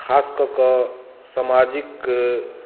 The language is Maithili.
खास कऽ कऽ समाजिक